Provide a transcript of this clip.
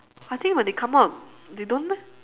I think when they come out they don't meh